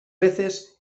veces